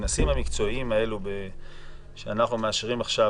הכנסים המקצועיים האלה שאנחנו מאשרים עכשיו